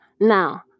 Now